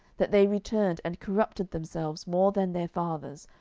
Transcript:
that they returned, and corrupted themselves more than their fathers,